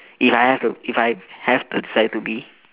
if I have to if I have decided to be